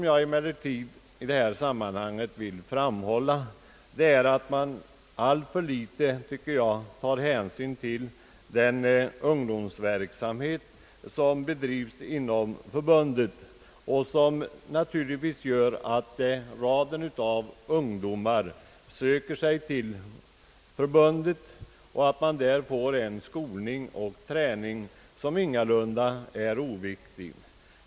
Jag vill i detta sammanhang särskilt framhålla att jag tycker att alltför liten hänsyn tages till den ungdomsverksamhet som bedrivs inom förbundet och som gör att ett stort antal ungdomar söker sig till förbundet och där får en skolning och en träning som ingalunda är oviktig.